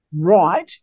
right